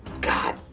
God